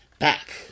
Back